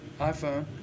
iPhone